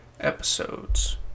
episodes